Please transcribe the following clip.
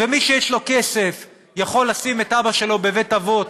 ומי שיש לו כסף יכול לשים את אבא שלו בבית אבות